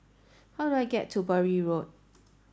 how do I get to Bury Road